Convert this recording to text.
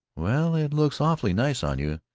well, it looks awfully nice on you.